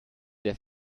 der